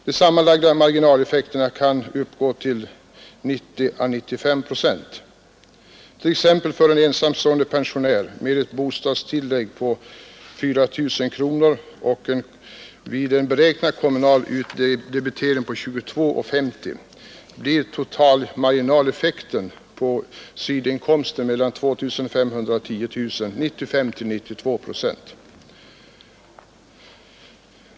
De sammanlagda marginaleffekterna kan uppgå till 90 å 95 procent. För en ensamstående pensionär med bostadstillägg på 4 000 kronor blir totalmarginaleffekten på sidoinkomster mellan 2500 och 10 000 kronor 92—95 procent vid en beräknad kommunal utdebitering på 22:50.